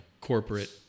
corporate